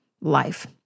life